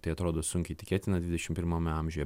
tai atrodo sunkiai tikėtina dvidešim pirmame amžiuje